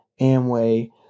Amway